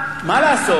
מה לעשות,